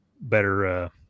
better